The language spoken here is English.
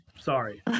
Sorry